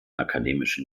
akademischen